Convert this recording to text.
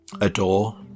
Adore